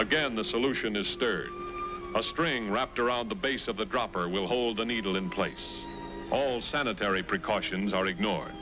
again the solution is a string wrapped around the base of the dropper will hold the needle in place all sanitary precautions are ignored